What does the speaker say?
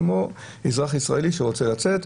כמו אזרח ישראלי שרוצה לצאת.